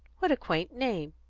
what a quaint name!